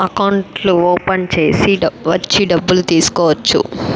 అకౌంట్లు ఓపెన్ చేసి వచ్చి డబ్బులు తీసుకోవచ్చు